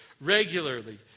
regularly